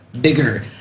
bigger